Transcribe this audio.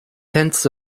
tense